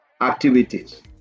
activities